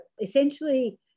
essentially